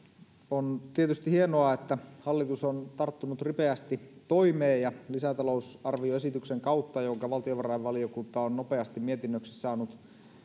on tietysti hienoa että hallitus on tarttunut ripeästi toimeen ja lisätalousarvioesityksen kautta jonka valtiovarainvaliokunta on nopeasti mietinnöksi saanut